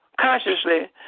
consciously